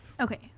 Okay